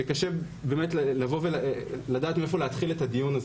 וקשה באמת לדעת מאיפה להתחיל את הדיון הזה.